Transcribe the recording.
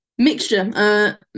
Mixture